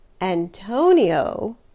Antonio